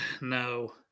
no